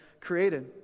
created